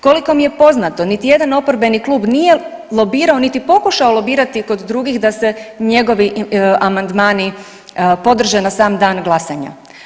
Koliko mi je poznato niti jedan oporbeni klub nije lobirao niti pokušao lobirati kod drugih da se njegovi amandmani podrže na sam dan glasanja.